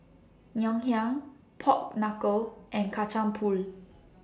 Ngoh Hiang Pork Knuckle and Kacang Pool